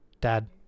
Dad